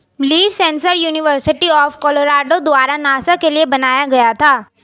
leaf sensor university of Colorado द्वारा NASA के लिए बनाया गया था